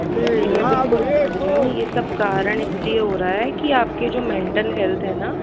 जी जी मैं बिल्कुल समझ रही हूँ ये सब कारण इसलिए हो रहा है कि आपकी जो मेंटल हेल्थ है ना